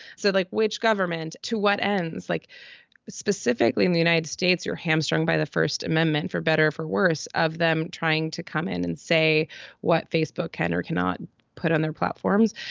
so like which government to what ends like specifically in the united states, you're hamstrung by the first amendment for better for worse of them trying to come in and say what facebook can or cannot put on their platforms.